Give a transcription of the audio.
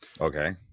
Okay